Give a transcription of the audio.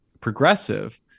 progressive